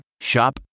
Shop